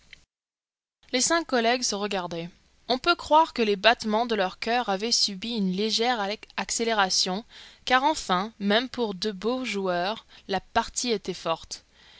les cinq collègues se regardaient on peut croire que les battements de leur coeur avaient subi une légère accélération car enfin même pour de beaux joueurs la partie était forte